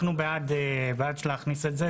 אנחנו בעד זה שזה יוכנס.